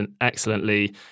excellently